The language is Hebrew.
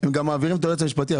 הם גם מעבירים את היועץ המשפטי.